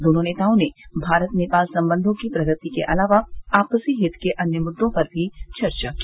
दोनों नेताओं ने भारत नेपाल संबंधों की प्रगति के अलावा आपसी हित के अन्य मुद्दों पर भी चर्चा की